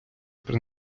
при